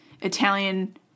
Italian